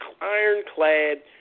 ironclad